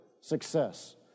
success